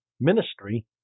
ministry